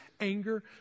anger